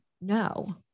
no